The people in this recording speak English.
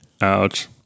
Ouch